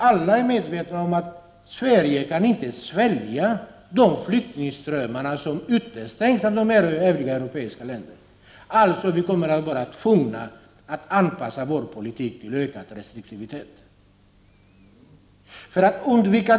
Alla är medvetna om att Sverige inte kan svälja de flyktingströmmar som utestängs av de övriga europeiska länderna. Alltså kommer vi att vara tvungna att anpassa vår politik till ökad restriktivitet.